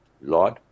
Lord